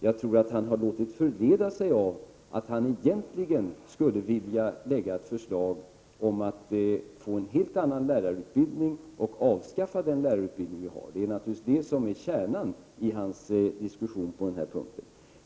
Jag tror att han har låtit förleda sig av att han egentligen skulle vilja lägga fram förslag om en helt annan lärarutbildning och avskaffa den lärarutbildning vi har. Det är troligen detta som är kärnan i hans diskussion på den här punkten.